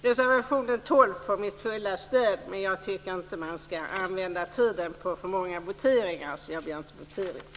Reservation 12 får mitt fulla stöd, men jag tycker inte att man ska använda tiden till för många voteringar så jag begär inte votering.